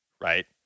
Right